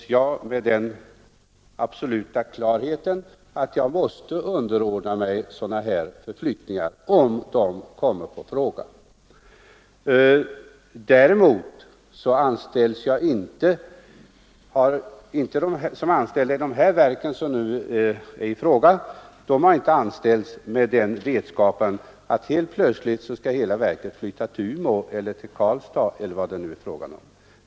I det första fallet är det absolut klart att jag måste underordna mig förflyttningar, om det blir fråga om sådana. Är jag däremot anställd i något av de verk det nu gäller, har denna anställning inte skett i vetskapen om att hela verket helt plötsligt skall flytta till Umeå eller Karlstad.